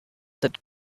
that